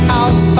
out